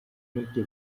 milky